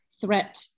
threat